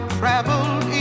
traveled